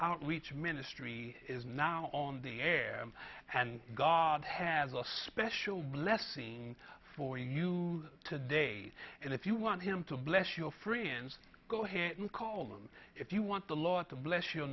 outreach ministry is not on the air and god has a special blessing for you today and if you want him to bless your friends go ahead and call them if you want the law to bless your